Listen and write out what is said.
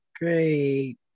great